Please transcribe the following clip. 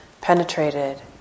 penetrated